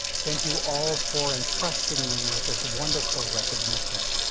thank you all for entrusting me with this wonderful recognition.